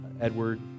Edward